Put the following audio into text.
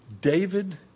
David